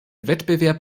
wettbewerb